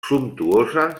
sumptuosa